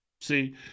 See